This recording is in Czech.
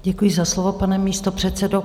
Děkuji za slovo, pane místopředsedo.